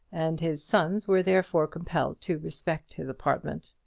and his sons were therefore compelled to respect his apartment.